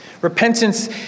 Repentance